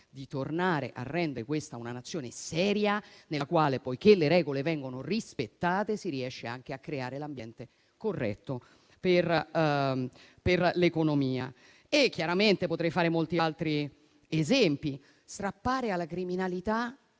la volontà di rendere questa di nuovo una Nazione seria, nella quale, poiché le regole vengono rispettate, si riesce anche a creare l'ambiente corretto per l'economia. Potrei fare molti altri esempi: strappare alla criminalità